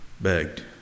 begged